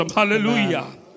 Hallelujah